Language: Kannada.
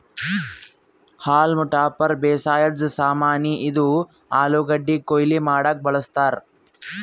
ಹಾಲ್ಮ್ ಟಾಪರ್ ಬೇಸಾಯದ್ ಸಾಮಾನಿ, ಇದು ಆಲೂಗಡ್ಡಿ ಕೊಯ್ಲಿ ಮಾಡಕ್ಕ್ ಬಳಸ್ತಾರ್